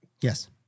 Yes